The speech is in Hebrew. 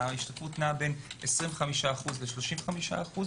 ההשתתפות נעה בין 25% ל-35%,